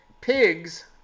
pigs